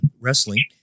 wrestling